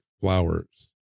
flowers